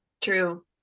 True